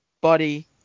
Buddy